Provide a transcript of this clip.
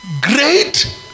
Great